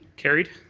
carried.